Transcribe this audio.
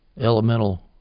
elemental